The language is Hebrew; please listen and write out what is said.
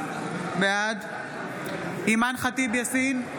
בעד אימאן ח'טיב יאסין,